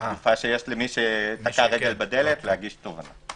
התקופה שיש למי שתקע רגל בדלת, להגיש תובענה.